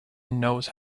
knows